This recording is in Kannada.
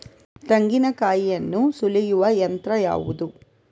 ತೆಂಗಿನಕಾಯಿಯನ್ನು ಸುಲಿಯುವ ಯಂತ್ರ ಯಾವುದು?